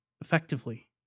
effectively